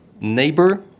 neighbor